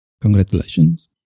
congratulations